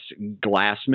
Glassman